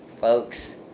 folks